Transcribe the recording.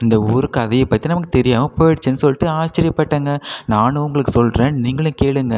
இந்த ஊர் கதையை பற்றி நமக்கு தெரியாமல் போயிடுச்சுன்னு சொல்லிட்டு ஆச்சரியபட்டேங்க நானும் உங்களுக்கு சொல்லுறேன் நீங்களும் கேளுங்கள்